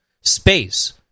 Space